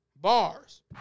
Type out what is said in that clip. Bars